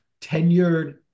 tenured